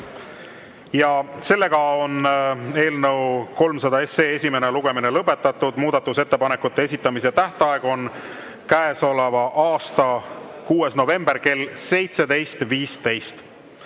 toetust. Eelnõu 300 esimene lugemine on lõpetatud. Muudatusettepanekute esitamise tähtaeg on käesoleva aasta 6. november kell 17.15.